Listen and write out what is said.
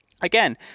again